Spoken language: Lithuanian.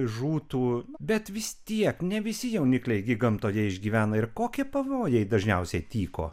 žūtų bet vis tiek ne visi jaunikliai gamtoje išgyvena ir kokie pavojai dažniausiai tyko